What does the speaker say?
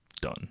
done